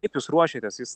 kaip jūs ruošėtės jis